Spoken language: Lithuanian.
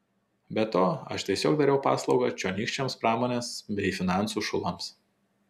be to aš tiesiog dariau paslaugą čionykščiams pramonės bei finansų šulams